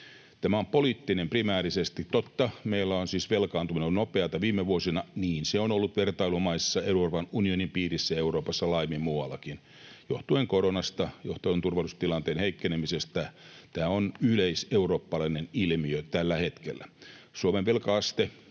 Tämä on primäärisesti poliittinen. Totta, meillä on siis velkaantuminen ollut nopeata viime vuosina — niin se on ollut vertailumaissa Euroopan unionin piirissä, Euroopassa, laajemmin muuallakin, johtuen koronasta, johtuen turvallisuustilanteen heikkenemisestä. Tämä on yleiseurooppalainen ilmiö tällä hetkellä. Suomen velka-aste,